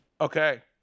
Okay